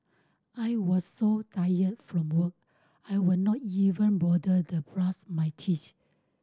I was so tired from work I would not even bother to brush my teeth